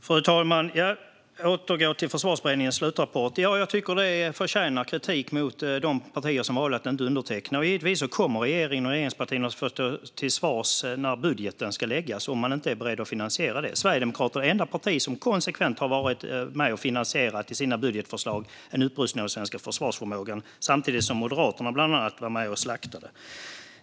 Fru talman! Jag återgår till Försvarsberedningens slutrapport. De partier som valde att inte underteckna förtjänar kritik. Givetvis kommer regeringen och regeringspartierna att få stå till svars när budgeten ska läggas fram om man inte är beredd att finansiera det. Sverigedemokraterna är det enda parti som konsekvent varit med och i sina budgetförslag finansierat en upprustning av den svenska försvarsförmågan. Samtidigt var bland annat Moderaterna med och slaktade.